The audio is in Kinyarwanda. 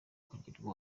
kugirwa